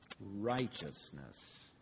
righteousness